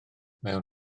mewn